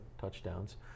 touchdowns